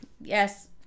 yes